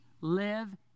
live